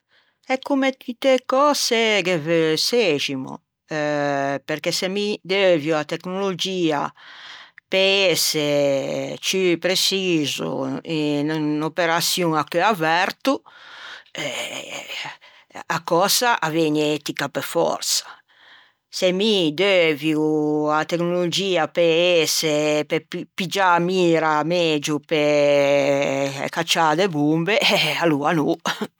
E comme tutte e cöse ghe veu sæximo perché se mi deuvio a tecnologia pe ëse ciù preciso inte unna operaçion à cheu averto eh a cösa a vëgne etica pe fòrsa. Se mi deuvio a tecnologia pe ëse pe piggiâ a mira megio pe cacciâ de bombe aloa no.